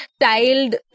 tiled